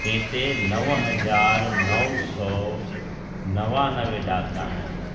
जंहिं ते नव हज़ार नव सौ नवानवे ॾाका आहिनि